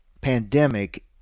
pandemic